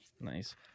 Nice